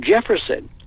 Jefferson